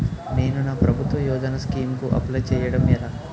నేను నా ప్రభుత్వ యోజన స్కీం కు అప్లై చేయడం ఎలా?